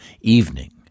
Evening